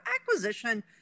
acquisition